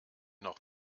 noch